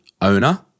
owner